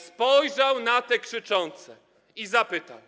Spojrzał na te krzyczące i zapytał: